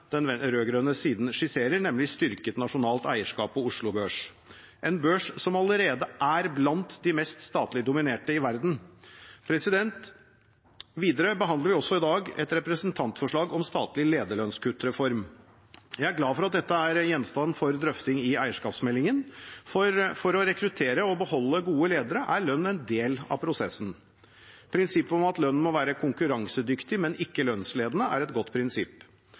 siden skisserer, nemlig styrket nasjonalt eierskap på Oslo Børs – en børs som allerede er blant de mest statlig dominerte i verden. Videre behandler vi i dag også et representantforslag om statlig lederlønnskuttreform. Jeg er glad for at dette er gjenstand for drøfting i eierskapsmeldingen, for for å rekruttere og beholde gode ledere er lønn en del av prosessen. Prinsippet om at lønnen må være konkurransedyktig, men ikke lønnsledende, er et godt prinsipp.